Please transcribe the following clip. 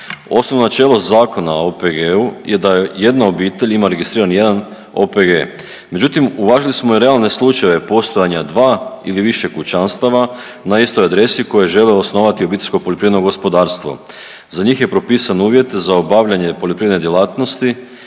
Osnovno načelo Zakona o OPG-u je da jedna obitelj ima registriran jedan OPG, međutim, uvažili smo i realne slučajeve postojanja dva ili više kućanstava na istoj adresi koje žele osnovati OPG. Za njih je propisan uvjet za obavljanje poljoprivredne djelatnosti